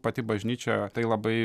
pati bažnyčia tai labai